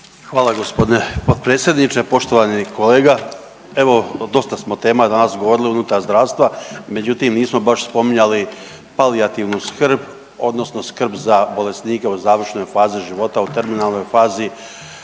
Hvala gospodine potpredsjedniče. Poštovani kolega evo dosta smo tema danas govorili unutar zdravstva, međutim nismo baš spominjali palijativnu skrb, odnosno skrb za bolesnike u završnoj fazi života, u terminalnoj fazi.